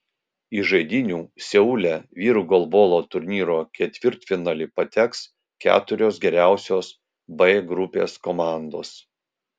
į žaidynių seule vyrų golbolo turnyro ketvirtfinalį pateks keturios geriausios b grupės komandos